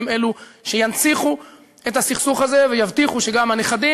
הם שינציחו את הסכסוך הזה ויבטיחו שגם הנכדים